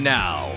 now